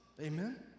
Amen